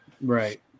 Right